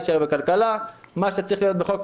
יישאר בכלכלה; מה שצריך להיות בחוק,